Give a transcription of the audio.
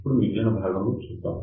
ఇప్పుడు మిగిలిన భాగంలో చూద్దాం